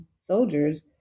soldiers